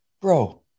bro